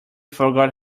forgot